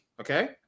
Okay